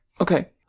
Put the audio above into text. Okay